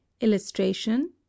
Illustration